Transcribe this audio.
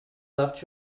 left